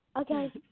Okay